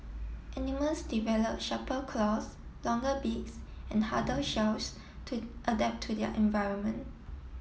animals develop sharper claws longer beaks and harder shells to adapt to their environment